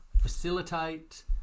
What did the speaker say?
Facilitate